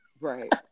Right